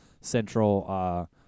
central